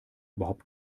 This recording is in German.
überhaupt